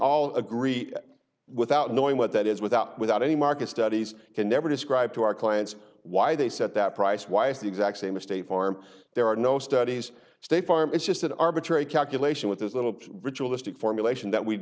all agree without knowing what that is without without any market studies can never describe to our clients why they set that price why is the exact same as state farm there are no studies state farm it's just that arbitrary calculation with this little ritualistic formulation that we